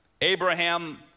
Abraham